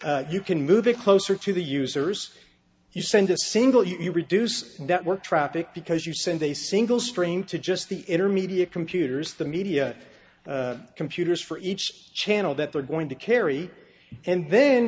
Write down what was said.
you can move it closer to the users you send a single you reduce network traffic because you send a single stream to just the intermediate computers the media computers for each channel that they're going to carry and then